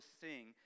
sing